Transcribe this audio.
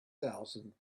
thousand